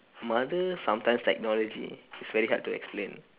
mother sometimes technology is very hard to explain